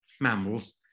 mammals